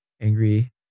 angry